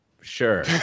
Sure